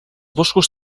boscos